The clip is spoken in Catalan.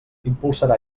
impulsarà